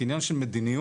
כעניין של מדיניות,